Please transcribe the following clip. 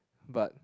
but